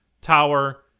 tower